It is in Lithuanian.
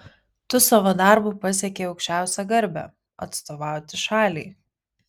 tu savo darbu pasiekei aukščiausią garbę atstovauti šaliai